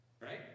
right